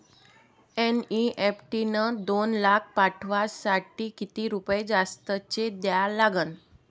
NEFT न दोन लाख पाठवासाठी किती रुपये जास्तचे द्या लागन?